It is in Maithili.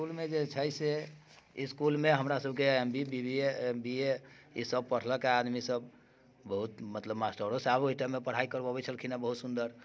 इसकूलमे जे छै से इसकूलमे हमरा सभके M B B A B A E सभ पढ़लक हँ आदमी सभ बहुत मतलब मास्टरो साहब ओहि टाइममे पढ़ाइ करबबैत छलखिन हँ बहुत सुन्दर